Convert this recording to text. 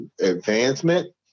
advancement